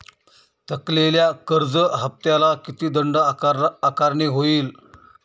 थकलेल्या कर्ज हफ्त्याला किती दंड आकारणी होईल?